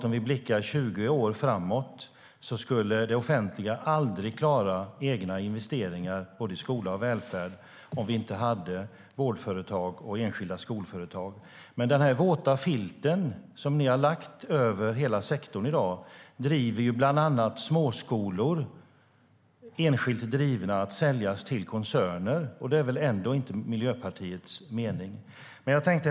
Om vi blickar 20 år framåt skulle det offentliga aldrig klara egna investeringar i både skola och välfärd om vi inte hade vårdföretag och enskilda skolföretag. Herr talman!